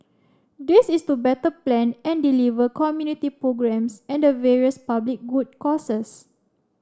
this is to better plan and deliver community programmes and the various public good causes